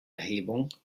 erhebung